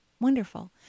Wonderful